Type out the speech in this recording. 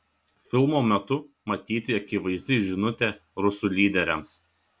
filmo metu matyti akivaizdi žinutė rusų lyderiams